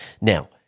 Now